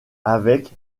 avec